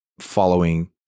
following